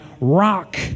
rock